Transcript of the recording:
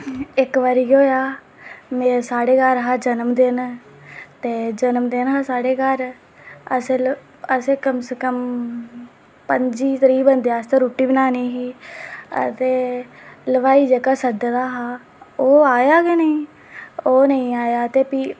इक बारी केह् होएआ कि साढ़े घर हा जन्मदिन ते जन्मदिन हा साढ़े घर असें कम से कम पंजी त्रीह् बंदे आस्तै रुट्टी बनानी ही ते हलवाई जेह्का सद्दे दा हा ओह् आया गै नेईं ओह् नेईं आया ते भी